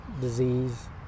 disease